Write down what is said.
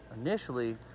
initially